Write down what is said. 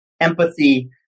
empathy